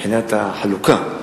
מבחינת החלוקה,